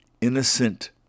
innocent